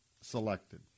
selected